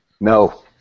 No